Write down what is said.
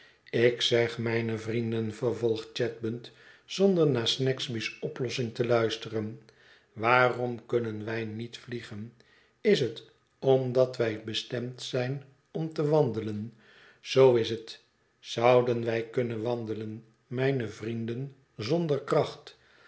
ik zeg mijne vrienden vervolgt chadband zonder naar snagsby's oplossing te luisteren waarom kunnen wij niet vliegen is het omdat wij bestemd zijn om te wandelen zoo is het zouden wij kunnen wandelen mijne vrienden zonder kracht